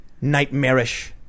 Nightmarish